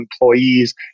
employees